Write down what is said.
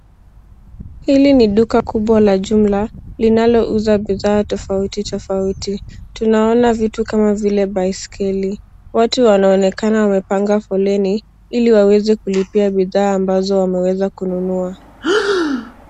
Hili ni duka kubwa la jumla linalouza bidhaa tofauti tofauti. Tunaona vitu kama vile baiskeli. Watu wanaonekana wamepanga foleni ili waweze kulipia bidhaa ambazo wameweza kununua.